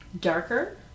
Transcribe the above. darker